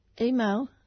email